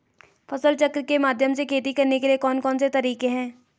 फसल चक्र के माध्यम से खेती करने के लिए कौन कौन से तरीके हैं?